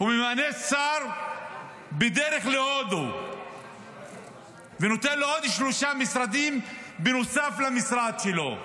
הוא ממנה שר שבדרך להודו ונותן לו עוד שלושה משרדים בנוסף למשרד שלו.